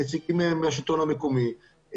נציגים מהשלטון המקומי,